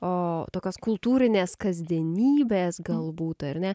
o tokios kultūrinės kasdienybės galbūt ar ne